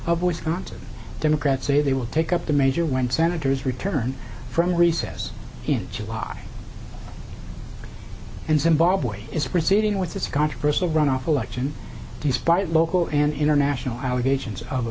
of wisconsin democrats say they will take up the major when senators return from recess in july and zimbabwe is proceeding with its controversial runoff election despite local and international allegations of